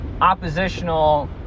oppositional